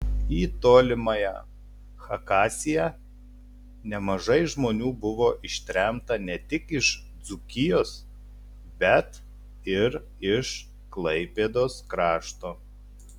į tolimąją chakasiją nemažai žmonių buvo ištremta ne tik iš dzūkijos bet ir iš klaipėdos krašto